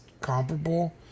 comparable